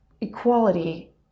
equality